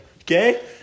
Okay